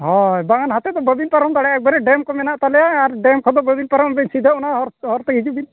ᱦᱳᱭ ᱵᱟᱝ ᱱᱟᱛᱮ ᱫᱚ ᱵᱟᱹᱵᱤᱱ ᱯᱟᱨᱚᱢ ᱫᱟᱲᱮᱭᱟᱜᱼᱟ ᱮᱠᱵᱟᱨᱮ ᱰᱮᱢ ᱠᱚ ᱢᱮᱱᱟᱜ ᱛᱟᱞᱮᱭᱟ ᱟᱨ ᱰᱮᱢ ᱠᱷᱚᱱ ᱫᱚ ᱵᱟᱹᱵᱤᱱ ᱯᱟᱨᱚᱢᱜ ᱵᱤᱱ ᱥᱤᱫᱷᱟᱹ ᱚᱱᱟ ᱦᱚᱨ ᱦᱚᱨ ᱛᱮᱜᱮ ᱦᱤᱡᱩᱜ ᱵᱤᱱ